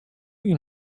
you